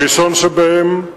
הראשון שבהם,